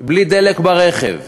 בלי דלק ברכב,